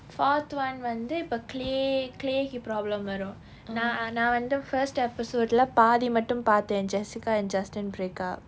fourth one வந்து இப்ப:vanthu ippa clay clay he problem வரும் நான் நான் வந்து:varum naan naan vanthu first episode இல்ல பாதி மட்டும் பார்த்தேன்:illa paathi mattum paarthen jessica and justin break up